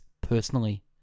personally